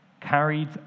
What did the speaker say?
Carried